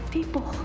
People